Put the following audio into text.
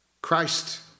Christ